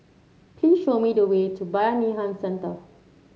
please show me the way to Bayanihan Centre